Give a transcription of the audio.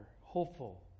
hopeful